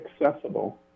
accessible